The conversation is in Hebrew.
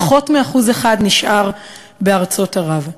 פחות מ-1% נשאר בארצות ערב,